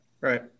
Right